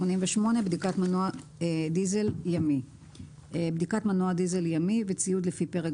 88.בדיקת מנוע דיזל ימי בדיקת מנוע דיזל ימי וציוד לפי פרק